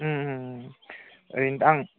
ओरैनो आं